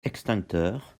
extincteurs